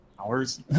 hours